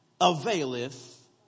availeth